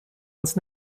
uns